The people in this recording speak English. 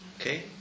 okay